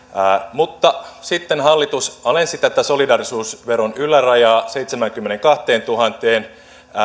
mutta sitten hallitus alensi tätä solidaarisuusveron ylärajaa seitsemäänkymmeneenkahteentuhanteen